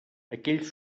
aquells